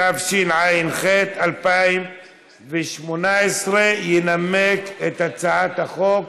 התשע"ח 2018. ינמק את הצעת החוק